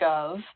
Gov